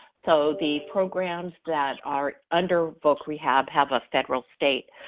so the programs that are under voc rehab have a federal state